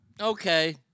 okay